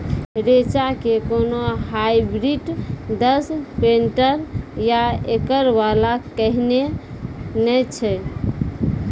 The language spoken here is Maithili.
रेचा के कोनो हाइब्रिड दस क्विंटल या एकरऽ वाला कहिने नैय छै?